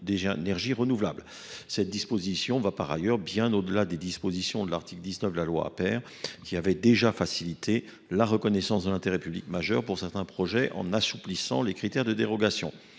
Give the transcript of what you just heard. Cet article va par ailleurs bien au delà des dispositions de l’article 19 de la loi Aper, qui facilite déjà la reconnaissance de l’intérêt public majeur de certains projets en assouplissant les critères de dérogation.